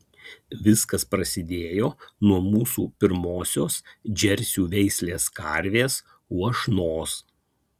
viskas prasidėjo nuo mūsų pirmosios džersių veislės karvės uošnos